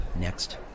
next